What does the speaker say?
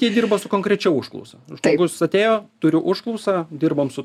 jie dirba su konkrečia užklausa žmogus atėjo turiu užklausą dirbam su